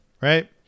right